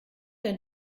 denn